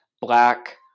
black